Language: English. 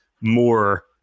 more